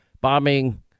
bombing